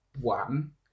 one